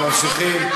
אנחנו ממשיכים.